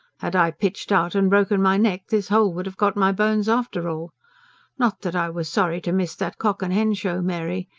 had i pitched out and broken my neck, this hole would have got my bones after all not that i was sorry to miss that cock-and-hen-show, mary.